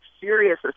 serious